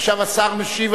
עכשיו השר משיב.